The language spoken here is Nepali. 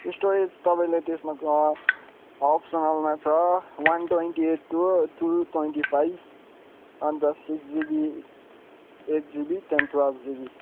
स्टोरेज तपाईँले त्यसमा अप्सनलमा छ one twenty eight two two twenty five and six GB eight GB त्यहाँदेखि टुवेल्भ जिबी